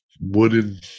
wooden –